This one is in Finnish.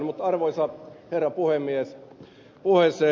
mutta arvoisa herra puhemies puheeseen